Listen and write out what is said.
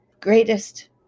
greatest